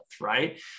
right